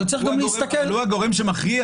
אבל צריך גם להסתכל --- אבל הוא הגורם שמכריע.